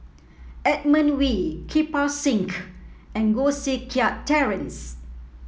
Edmund Wee Kirpal Singh and Koh Seng Kiat Terence